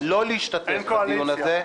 לא להשתתף בדיון הזה.